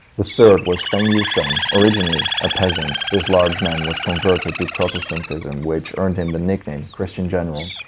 the third was feng yuhsiang. originally a peasant, this large man was converted to protestantism which earned him the nickname christian general.